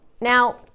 Now